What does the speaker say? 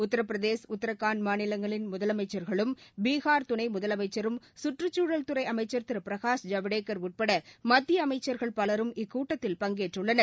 உத்திரபிரதேஷ் உத்ரகாண்ட் மாநிலங்களின் முதலமைச்சா்களும் பீகாா் துணை முதலமைச்சரும் கற்றுச்சூழல்துறை அமைச்சள் திரு பிரகாஷ் ஜவடேக்கள் உட்பட மத்திய அமைச்சள்கள் பலரும் இக்கூட்டத்தில் பங்கேற்றுள்ளனர்